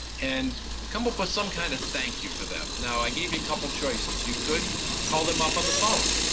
and come up with some kind of thank-you for them. now i gave you a couple choices, you could call them up on the phone,